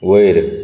वयर